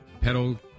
pedal